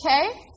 okay